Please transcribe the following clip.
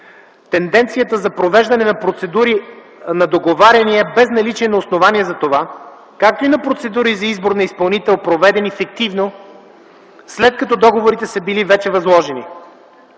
Тенденцията за провеждане на процедури, на договаряния без наличие на основания за това, както и за процедури за избор на изпълнител, проведени фиктивно, след като договорите са били вече възложени.